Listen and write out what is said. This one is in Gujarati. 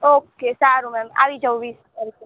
ઓકે સારું મેમ આવી જાઉં વીસ તારીખે